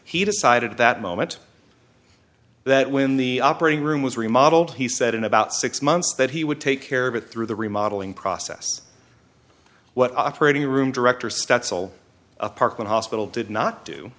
he decided at that moment that when the operating room was remodeled he said in about six months that he would take care of it through the remodeling process what operating room director stats all apartment hospital did not do